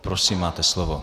Prosím, máte slovo.